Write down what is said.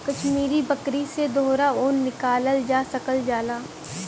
कसमीरी बकरी से दोहरा ऊन निकालल जा सकल जाला